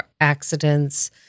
accidents